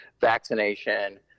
vaccination